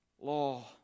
law